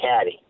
caddy